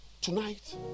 Tonight